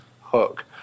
hook